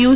you